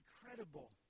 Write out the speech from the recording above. incredible